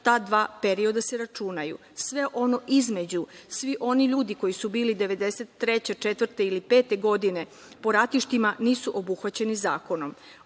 ta dva perioda se računaju. Sve ono između, svi oni ljudi koji su bili 1993, 1994. ili 1995. godine po ratištima nisu obuhvaćeni zakonom.